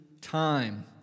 time